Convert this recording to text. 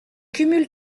cumule